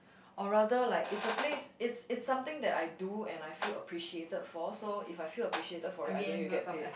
or rather like it's a place it's it's something that I do and I feel appreciated for so if I feel appreciated for it I don't need to get paid